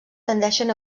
tendeixen